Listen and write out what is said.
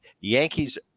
Yankees